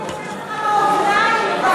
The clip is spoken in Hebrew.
הדמוקרטיה יוצאת לך מהאוזניים כבר.